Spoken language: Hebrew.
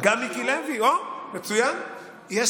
חלקם פה, על הדוכן.